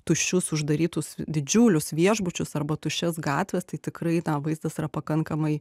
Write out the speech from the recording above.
tuščius uždarytus didžiulius viešbučius arba tuščias gatves tai tikrai na vaizdas yra pakankamai